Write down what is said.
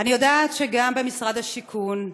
אני יודעת שגם במשרד השיכון,